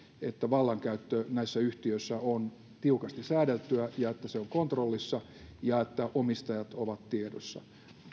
että vallankäyttö näissä yhtiöissä on tiukasti säädeltyä ja että se on kontrollissa ja että omistajat ovat tiedossa